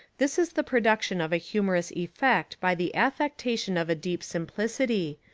this is the production of a humorous effect by the affectation of a deep simplicity,